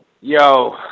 Yo